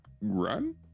run